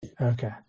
Okay